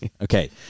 Okay